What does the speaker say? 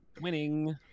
winning